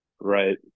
right